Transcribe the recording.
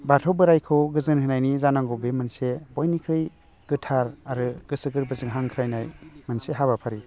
बाथौ बोराइखौ गोजोनहोनायनि जानांगौ बे मोनसे बयनिख्रुइ गोथार आरो गोसो गोरबोजों हांख्राइनाय मोनसे हाबाफारि